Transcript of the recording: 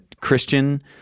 Christian